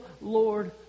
Lord